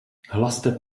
hlaste